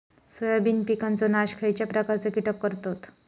Soybean पिकांचो नाश खयच्या प्रकारचे कीटक करतत?